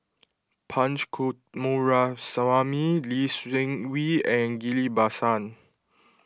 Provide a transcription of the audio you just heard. Punch Coomaraswamy Lee Seng Wee and Ghillie Basan